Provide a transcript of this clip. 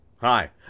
Hi